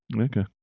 Okay